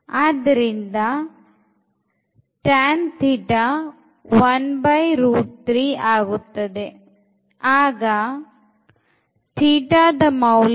ಆದ್ದರಿಂದ ತ್ತದೆ ಆಗ ಮೌಲ್ಯ